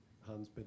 hans